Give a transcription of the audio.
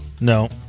No